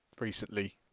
recently